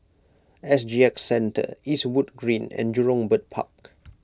S G X Centre Eastwood Green and Jurong Bird Park